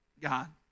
god